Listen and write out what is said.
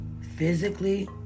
physically